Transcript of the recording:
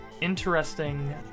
interesting